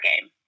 game